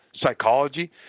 psychology